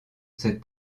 cette